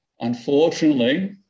Unfortunately